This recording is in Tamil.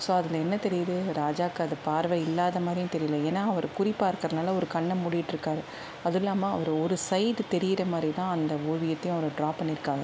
ஸோ அதில் என்ன தெரியுது ராஜாக்கு அது பார்வை இல்லாத மாரியும் தெரியல ஏன்னா அவர் குறி பார்க்கிறனால ஒரு கண்ணை மூடிகிட்டு இருக்கார் அது இல்லாமல் அவரு ஒரு சைடு தெரியிறமாரி தான் அந்த ஓவியத்தையும் அவர் ட்ரா பண்ணிருக்கார்